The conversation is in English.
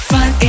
Fun